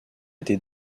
était